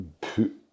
Put